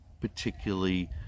particularly